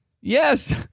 Yes